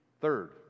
Third